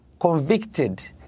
Convicted